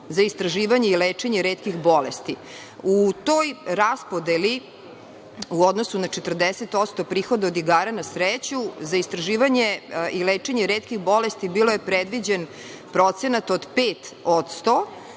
za istraživanje i lečenje retkih bolesti.U toj raspodeli u odnosu na 40% prihoda od igara na sreću, za istraživanje i lečenje retkih bolesti bio je predviđen procenat od 5%,